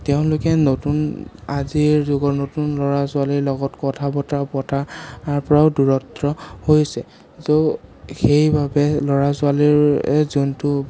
তেওঁলোকে নতুন আজিৰ যুগৰ নতুন ল'ৰা ছোৱালীৰ লগত কথা বতৰা পতাৰ পৰাও দূৰত্ব হৈছে ত' সেইবাবে ল'ৰা ছোৱালীৰে যোনটো